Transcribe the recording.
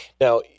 Now